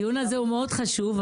הדיון הזה מאוד חשוב,